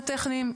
הטכניים,